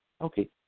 okay